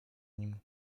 nim